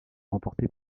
remporté